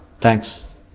Thanks